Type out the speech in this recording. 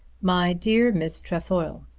my dear miss trefoil,